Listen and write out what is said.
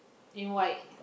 in white